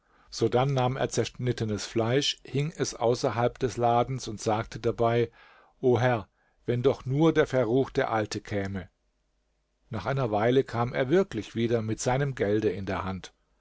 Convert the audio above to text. sodann nahm er zerschnittenes fleisch hing es außerhalb des ladens und sagte dabei o herr wenn doch nur der verruchte alte käme nach einer weile kam er wirklich wieder mit seinem gelde in der hand